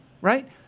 right